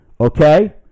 okay